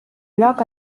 lloc